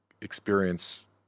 experience